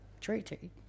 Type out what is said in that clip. treaty